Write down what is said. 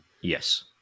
Yes